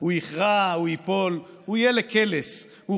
/ הוא יכרע! הוא ייפול! הוא יהיה לקלס! / הוא